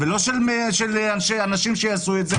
אתם לא מספיק מבינים כנראה,